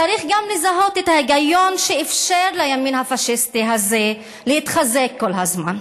צריך גם לזהות את ההיגיון שאפשר לימין הפאשיסטי הזה להתחזק כל הזמן,